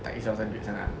tak kesah pasal duit sangat ah